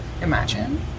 Imagine